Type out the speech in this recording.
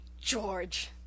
George